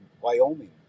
wyoming